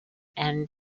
and